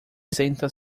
senta